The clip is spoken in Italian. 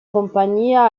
compagnia